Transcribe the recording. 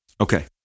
Okay